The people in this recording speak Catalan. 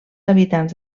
habitants